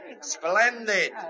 Splendid